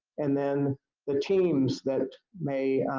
and then the teams that may